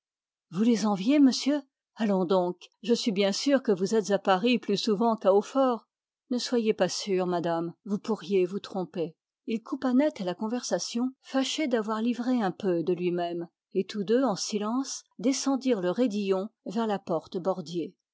vous les enviez monsieur allons donc je suis bien sûre que vous êtes à paris plus souvent qu'à hautfort ne soyez pas sûre madame vous pourriez vous tromper il coupa net la conversation fâché d'avoir livré un peu de lui-même et tous deux en silence descendirent le raidillon vers la porte bordier